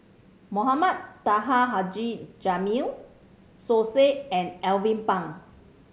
Mohamed Taha Haji Jamil Som Said and Alvin Pang